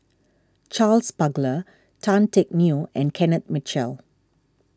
Charles Paglar Tan Teck Neo and Kenneth Mitchell